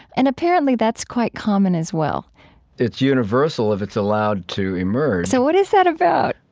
and apparently, that's quite common, as well it's universal if it's allowed to emerge so what is that about?